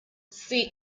sea